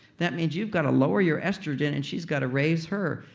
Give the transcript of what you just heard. that means you gotta lower your estrogen and she's gotta raise her.